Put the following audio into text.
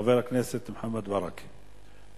חבר הכנסת מוחמד ברכה.